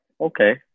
Okay